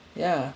ya